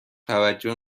توجه